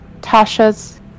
Tasha's